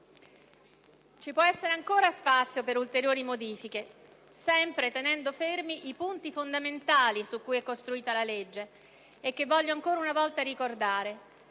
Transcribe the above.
Ci può essere ancora spazio per ulteriori modifiche, sempre tenendo fermi i punti fondamentali su cui è costituita la legge e che voglio ancora una volta ricordare: